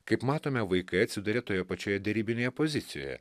kaip matome vaikai atsiduria toje pačioje derybinėje pozicijoje